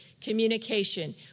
communication